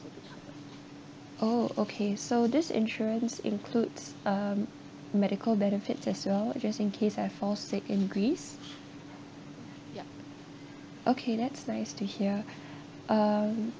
oh okay so this insurance includes um medical benefits as well just in case I fall sick in greece okay that's nice to hear um